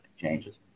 changes